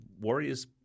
Warriors